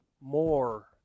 more